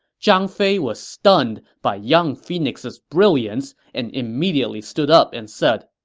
zhang fei was stunned by young phoenix's brilliance and immediately stood up and said,